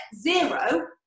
zero